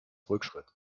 rückschritt